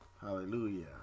Hallelujah